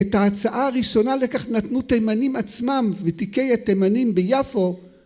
את ההצעה הראשונה לכך נתנו תימנים עצמם ותיקי התימנים ביפו